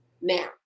Now